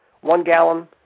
one-gallon